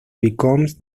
becomes